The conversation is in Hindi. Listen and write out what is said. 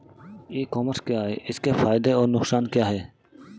ई कॉमर्स क्या है इसके फायदे और नुकसान क्या है?